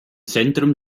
zentrum